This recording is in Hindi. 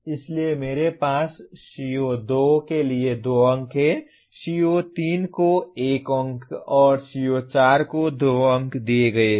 इसलिए मेरे पास CO2 के लिए 2 अंक हैं CO3 को 1 अंक और CO4 को 2 अंक दिए गए हैं